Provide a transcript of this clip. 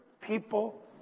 people